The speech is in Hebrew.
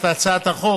לקראת הגשת השאילתה,